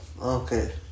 okay